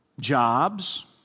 jobs